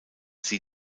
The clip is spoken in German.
sie